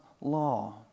law